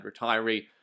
retiree